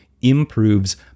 improves